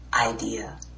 idea